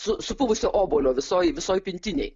su supuvusio obuolio visoj visoj pintinėj